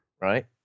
right